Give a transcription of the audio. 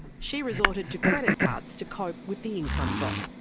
she resorted to credit cards to cope with the income drop.